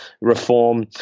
reform